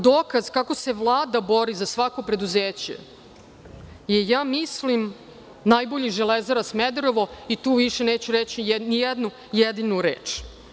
Dokaz kako se Vlada bori za svako preduzeće je, ja mislim, najbolji Železara Smederevo i tu više neću reći ni jednu jedinu reč.